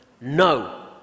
No